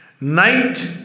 Night